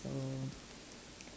so